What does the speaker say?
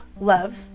love